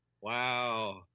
Wow